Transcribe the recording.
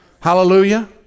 Hallelujah